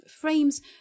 frames